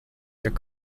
their